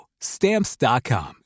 Stamps.com